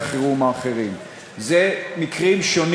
חברים,